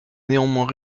néanmoins